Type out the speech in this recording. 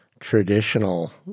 traditional